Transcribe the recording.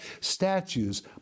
statues